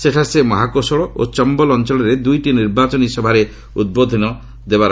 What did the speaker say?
ସେଠାରେ ସେ ମହାକୋଶଳ ଓ ଚମ୍ବଲ ଅଞ୍ଚଳରେ ଦୁଇଟି ନିର୍ବାଚନ ସଭାରେ ଉଦ୍ବୋଧନ ଦେବେ